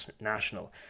national